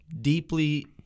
Deeply